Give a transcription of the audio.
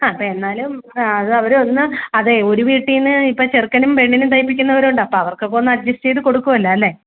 ആ എന്നാലും ആഹ് അതവരൊന്ന് അതേ ഒരു വീട്ടീന്ന് ഇപ്പോൾ ചെറുക്കനും പെണ്ണിനും തയ്പ്പിക്കുന്നവരുണ്ട് അപ്പോൾ അവർക്കൊക്കൊന്ന് അഡ്ജസ്റ്റ് ചെയ്ത് കൊടുക്കുമല്ലോ അല്ലേ